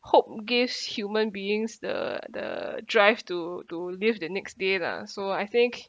hope gives human beings the the drive to to live the next day lah so I think